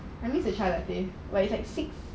at least the chai latte it's like six